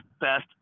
best